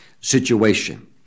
situation